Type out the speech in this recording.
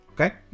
Okay